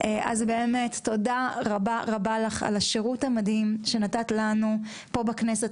אז באמת תודה רבה רבה לך על השירות המדהים שנתת לנו פה בכנסת,